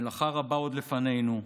מלאכה רבה עוד לפנינו,